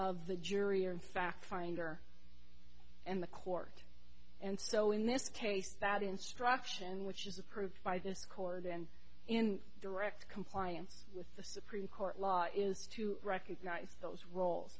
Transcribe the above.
of the jury or in fact finder and the court and so in this case that instruction which is approved by this court and in direct compliance with the supreme court law is to recognize those roles